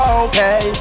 okay